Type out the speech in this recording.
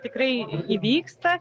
tikrai įvyksta